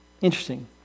Interesting